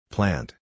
Plant